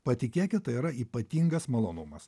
patikėkit tai yra ypatingas malonumas